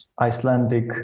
Icelandic